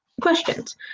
questions